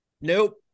nope